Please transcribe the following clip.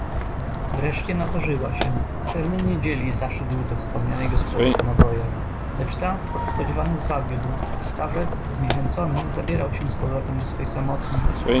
wreszcie nadarzyła się pewnej niedzieli zaszedł do wspomnianej gospody po naboje lecz transport spodziewany zawiódł i starzec zniechęcony zabierał się powrotem do swojej samotni